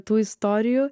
tų istorijų